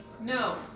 No